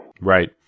Right